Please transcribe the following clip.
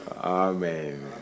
Amen